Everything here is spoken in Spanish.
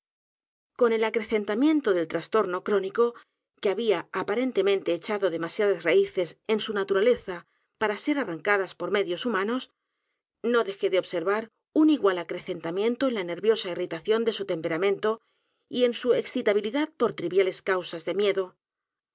con el acrecentamiento del trastorno crónico que había aparentemente echado demasiadas raíces en su naturaleza p a r a ser arrancadas por medios humanos no dejé de observar un igual acrecentamiento en la nerviosa irritación de su temperamento y en su excitabilidad por triviales causas de miedo